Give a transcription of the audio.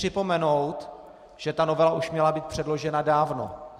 Chci připomenout, že ta novela už měla být předložena dávno.